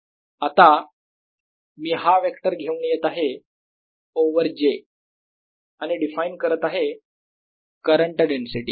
dl आता मी हा वेक्टर घेऊन येत आहे ओव्हर j आणि डिफाइन करत आहेत करंट डेन्सिटी